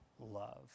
love